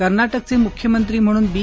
कर्नाटकचे मुख्यमंत्री म्हणून बी